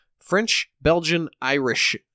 French-Belgian-Irish